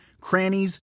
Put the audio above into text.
crannies